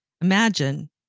imagine